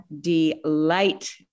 delight